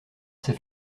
ses